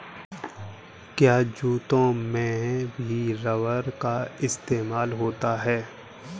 क्या जूतों में भी रबर का इस्तेमाल होता है?